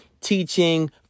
teaching